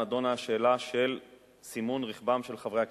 נדונה השאלה של סימון רכבם של חברי הכנסת.